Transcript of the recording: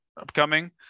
upcoming